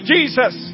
Jesus